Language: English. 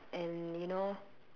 and you know